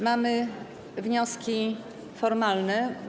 Mamy wnioski formalne.